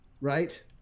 right